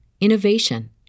innovation